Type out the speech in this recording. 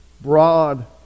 broad